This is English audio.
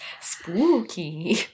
spooky